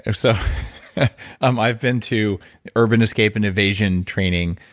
i've so um i've been to urban escape and evasion training.